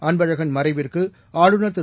அன்பழகன் மறைவிற்குதமிழகஆளுநர் திரு